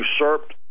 usurped